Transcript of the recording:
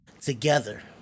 together